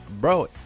Bro